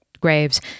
graves